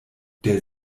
der